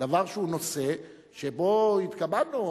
דבר שהוא נושא שבו התכבדנו.